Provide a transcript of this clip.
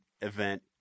event